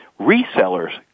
resellers